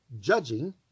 judging